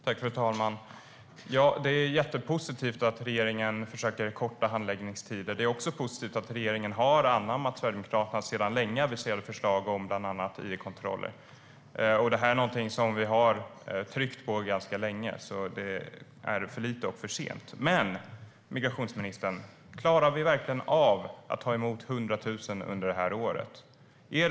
Fru talman! Det är jättepositivt att regeringen försöker korta handläggningstiderna. Det är också positivt att regeringen har anammat Sverigedemokraternas sedan länge aviserade förslag om bland annat id-kontroller. Men det är någonting som vi har tryckt på ganska länge, så det är för lite och för sent. Men, migrationsministern, klarar vi verkligen av att ta emot 100 000 under det här året?